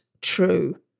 true